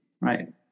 Right